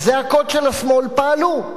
הזעקות של השמאל פעלו.